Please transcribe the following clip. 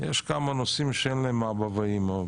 יש כמה נושאים שאין להם אבא ואמא,